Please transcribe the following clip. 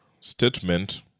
statement